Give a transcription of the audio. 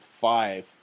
five